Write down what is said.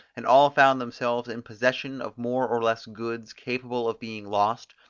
and all found themselves in possession of more or less goods capable of being lost,